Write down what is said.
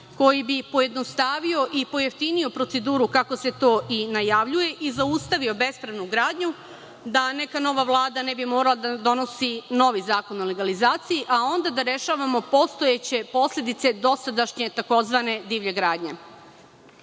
koji bi pojednostavio i pojeftinio proceduru, kako se to i najavljuje, i zaustavio bespravnu gradnju, da neka nova Vlada ne bi morala da donosi novi Zakon o legalizaciji, a onda da rešavamo postojeće posledice dosadašnje tzv. divlje gradnje. Ključna